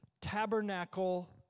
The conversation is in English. tabernacle